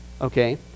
okay